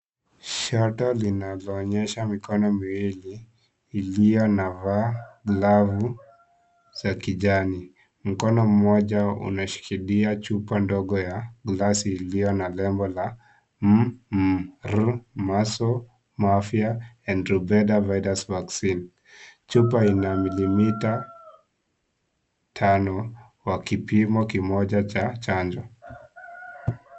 Shada zinazoonyesha mikono miwili, iliyo na vaa glavu za kijani. Mkono mmoja unashikilia chupa ndogo ya glasi iliyo na lebo la MMR, Measles, Mumps and Rubella Virus Vaccine . Chupa ina milimita tano, kwa kipimo kimoja cha chanjo.